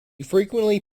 frequently